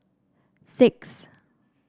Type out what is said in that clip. six